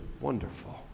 Wonderful